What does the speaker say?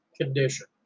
condition